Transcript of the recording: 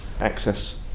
access